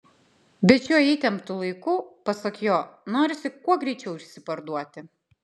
bet šiuo įtemptu laiku pasak jo norisi kuo greičiau išsiparduoti